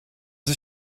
ist